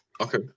okay